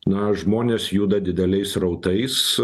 na žmonės juda dideliais srautais